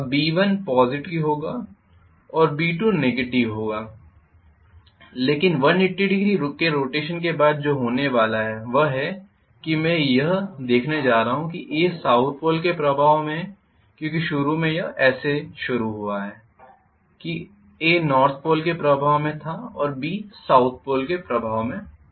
अब B1 positive होगा और B2 नेगेटिव होगा लेकिन 1800 के रोटेशन के बाद जो होने वाला है वह है कि मैं यह देखने जा रहा हूं कि A साउथ पोल के प्रभाव में है क्योंकि शुरू में यह ऐसे शुरू हुआ है कि A नॉर्थ पोल के प्रभाव में था और B साउथ पोल के प्रभाव में था